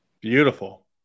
beautiful